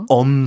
on